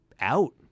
out